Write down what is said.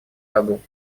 году